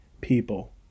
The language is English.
people